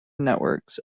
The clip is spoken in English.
networks